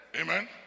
Amen